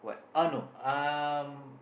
ah no um